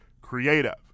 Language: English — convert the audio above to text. creative